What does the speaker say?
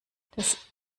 das